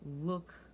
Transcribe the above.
look